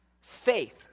faith